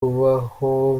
ubaho